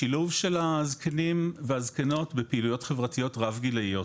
שילוב של הזקנות והזקנים בפעילויות חברתיות רב גילאיות.